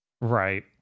Right